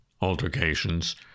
altercations